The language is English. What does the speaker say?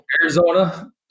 Arizona